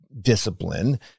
discipline